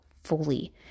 fully